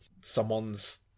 Someone's